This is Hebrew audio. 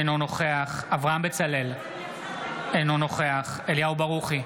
אינו נוכח אברהם בצלאל, אינו נוכח אליהו ברוכי,